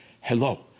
hello